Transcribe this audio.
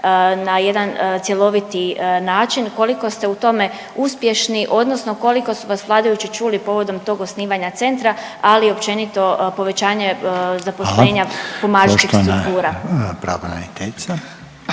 na jedan cjeloviti način. Koliko ste u tome uspješni odnosno koliko su vas vladajući čuli povodom tog osnivanja centra, ali i općenito povećanje zaposlenja …/Govornici govore istovremeno ne razumije